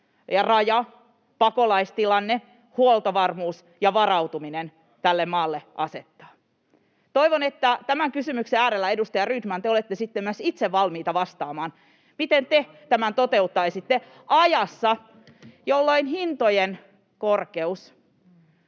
Raja, pakolaistilanne, huoltovarmuus ja varautuminen tälle maalle asettavat. Toivon, että tämän kysymyksen äärellä, edustaja Rydman, te olette sitten myös itse valmis vastaamaan, miten te tämän toteuttaisitte ajassa, jolloin hintojen korkeus